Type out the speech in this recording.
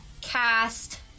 cast